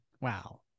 wow